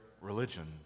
religion